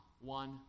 one